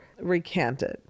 recanted